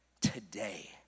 today